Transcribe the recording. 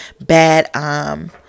bad